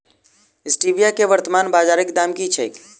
Stevia केँ वर्तमान बाजारीक दाम की छैक?